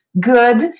good